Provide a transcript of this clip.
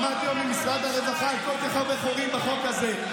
שמעתי היום ממשרד הרווחה על כל כך הרבה חורים בחוק הזה.